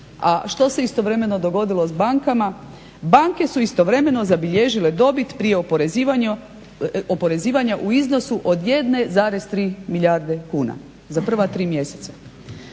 A što se istovremeno dogodilo s bankama? Banke su istovremeno zabilježile dobit prije oporezivanja u iznosu od 1, 3 milijarde kuna za prva tri mjeseca.